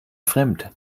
fremd